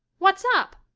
what's up?